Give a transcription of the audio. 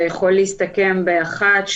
זה יכול להסתכם באחד,